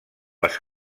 les